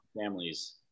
families